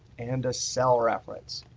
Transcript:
and a cell reference.